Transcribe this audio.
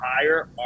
higher